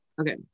Okay